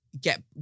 get